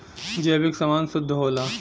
जैविक समान शुद्ध होला